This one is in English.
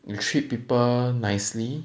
you treat people nicely